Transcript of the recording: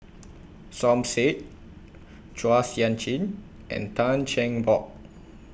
Som Said Chua Sian Chin and Tan Cheng Bock